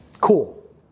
Cool